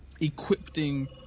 equipping